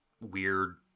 weird